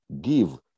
give